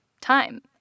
time